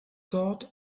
dort